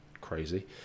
crazy